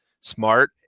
smart